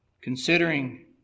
considering